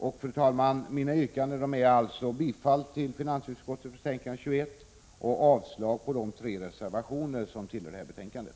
Fru talman! Mina yrkanden är alltså: bifall till finansutskottets hemställan i betänkande nr 21 och avslag på de tre reservationer som fogats till betänkandet.